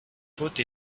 faute